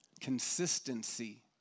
consistency